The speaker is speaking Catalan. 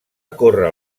córrer